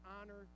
honor